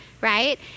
right